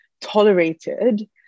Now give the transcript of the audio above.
tolerated